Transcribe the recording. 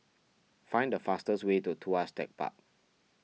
find the fastest way to Tuas Tech Park